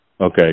Okay